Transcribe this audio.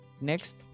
next